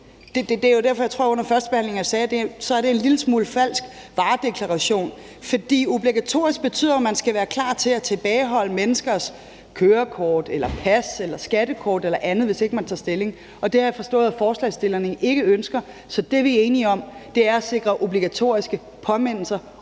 Det er jo derfor, at jeg under førstebehandlingen, tror jeg det var, sagde, at det lidt er en falsk varedeklaration. For obligatorisk betyder jo, man skal være klar til at tilbageholde menneskers kørekort, pas, skattekort eller andet, hvis ikke de tager stilling, og det har jeg forstået at forslagsstillerne ikke ønsker. Så det, vi er enige om, er at sikre obligatoriske påmindelser